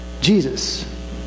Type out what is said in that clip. Jesus